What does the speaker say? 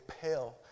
pale